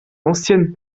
anciennes